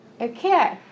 okay